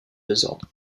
désordre